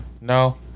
No